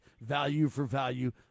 value-for-value